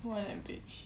more than bitch